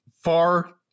far